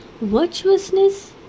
Virtuousness